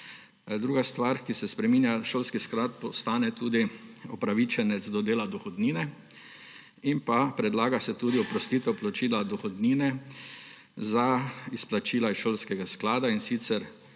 Druga stvari, ki se spreminja, šolski sklad postane tudi upravičenec do dela dohodnine in pa predlaga se tudi oprostitev plačila dohodnine za izplačila iz šolskega sklada, in sicer